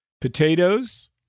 potatoes